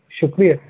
شُکریہ